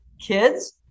kids